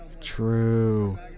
True